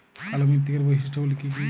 কালো মৃত্তিকার বৈশিষ্ট্য গুলি কি কি?